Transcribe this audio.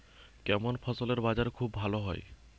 কেমন ফসলের বাজার খুব ভালো হয়?